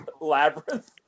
Labyrinth